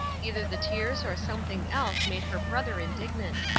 either the tears or something else made her brother indignant.